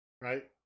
right